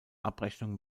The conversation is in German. abrechnung